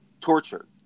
tortured